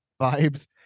vibes